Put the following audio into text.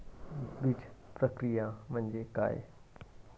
बीजप्रक्रिया म्हणजे काय?